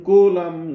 Kulam